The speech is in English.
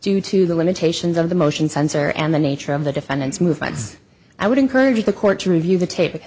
due to the limitations of the motion sensor and the nature of the defendant's movements i would encourage the court to review the tape because